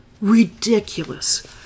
ridiculous